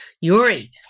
Yuri